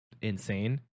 insane